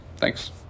Thanks